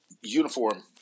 uniform